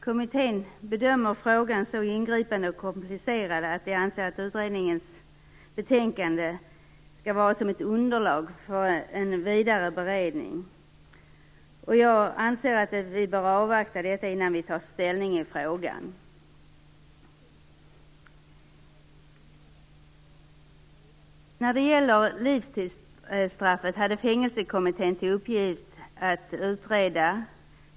Kommittén bedömer frågan så ingripande och komplicerad att den anser att utredningens betänkande skall vara ett underlag för en vidare beredning. Jag anser att vi bör avvakta detta innan vi tar ställning i frågan. Livstidsstraffet hade Fängelsekommittén till uppgift att utreda.